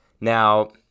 now